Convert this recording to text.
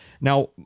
Now